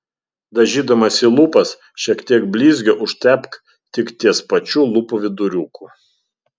dažydamasi lūpas šiek tiek blizgio užtepk tik ties pačiu lūpų viduriuku